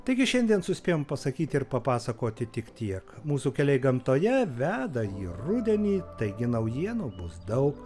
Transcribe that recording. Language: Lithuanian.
taigi šiandien suspėjom pasakyti ir papasakoti tik tiek mūsų keliai gamtoje veda į rudenį taigi naujienų bus daug